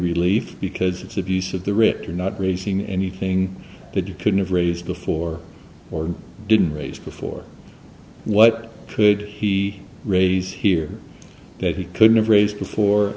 relief because it's abuse of the rich are not raising anything that you couldn't have raised before or didn't raise before what could he raise here that he couldn't have